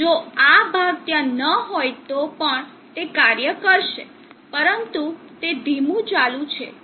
જો આ ભાગ ત્યાં ન હોય તો પણ તે કાર્ય કરશે પરંતુ તે ધીમું ચાલુ થશે